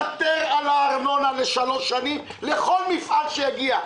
ותר על הארנונה לשלוש שנים לכל מפעל שיגיע,